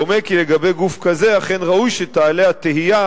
דומה כי לגבי גוף כזה אכן ראוי שתעלה התהייה